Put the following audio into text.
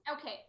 Okay